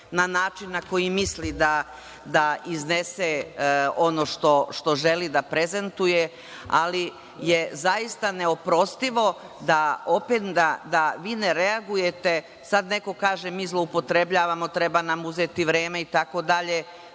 na način na koji misli da iznese ono što želi da prezentuje, ali je zaista neoprostivo da vi ne reagujete. Sad neko kaže mi zloupotrebljavamo, treba nam uzeti vreme itd. To je